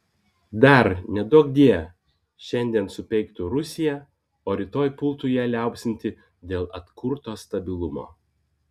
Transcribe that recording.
dar neduokdie šiandien supeiktų rusiją o rytoj pultų ją liaupsinti dėl atkurto stabilumo